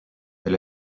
elle